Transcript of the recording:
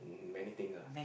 many things lah